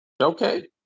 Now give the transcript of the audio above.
Okay